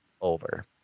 over